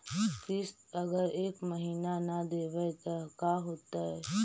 किस्त अगर एक महीना न देबै त का होतै?